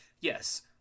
yes